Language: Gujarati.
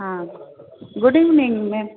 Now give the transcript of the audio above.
હા ગુડ ઈવનિંગ મેમ